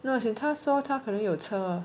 no as in 她说她可能有车